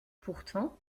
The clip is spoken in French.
pourtant